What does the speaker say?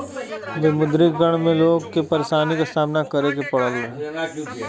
विमुद्रीकरण में लोग के परेशानी क सामना करे के पड़ल